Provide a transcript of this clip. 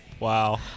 Wow